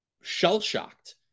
shell-shocked